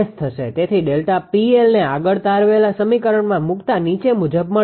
તેથી Δ𝑃𝐿ને આગળ તારવેલા સમીકરણમાં મુકતા નીચે મુજબ મળશે